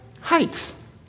heights